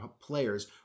players